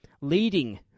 leading